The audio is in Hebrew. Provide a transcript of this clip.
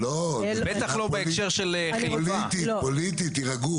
כל מה שאמרתם זה על מה שמוצע.